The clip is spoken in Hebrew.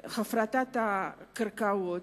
הפרטת הקרקעות.